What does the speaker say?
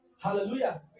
Hallelujah